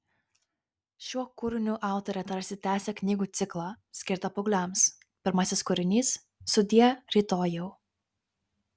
šiuo kūriniu autorė tarsi tęsia knygų ciklą skirtą paaugliams pirmasis kūrinys sudie rytojau